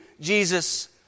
Jesus